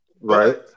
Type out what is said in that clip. right